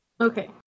Okay